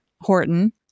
Horton